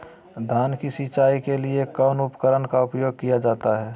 धान की सिंचाई के लिए कौन उपकरण का उपयोग किया जाता है?